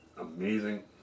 amazing